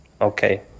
okay